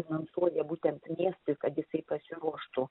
finansuoja būtent miestui kad jisai pasiruoštų